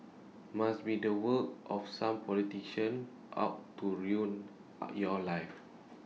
must be the work of some politician out to ruin your life